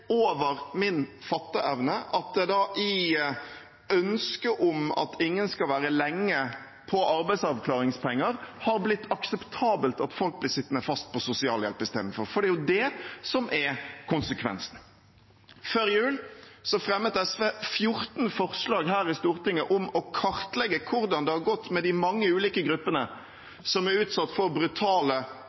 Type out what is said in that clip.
over min fatteevne at det i ønsket om at ingen skal være lenge på arbeidsavklaringspenger, er blitt akseptabelt at folk blir sittende fast på sosialhjelp i stedet – for det er det som er konsekvensen. Før jul fremmet SV 14 forslag her i Stortinget om å kartlegge hvordan det er gått med de mange ulike gruppene som er utsatt for brutale,